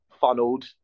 funneled